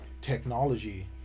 technology